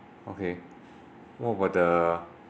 okay what about the